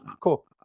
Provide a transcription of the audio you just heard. Cool